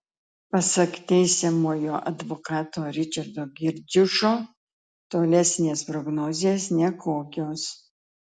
pasak teisiamojo advokato ričardo girdziušo tolesnės prognozės nekokios